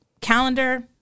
calendar